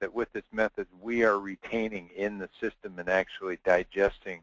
that with this method we are retaining in the system and actually digesting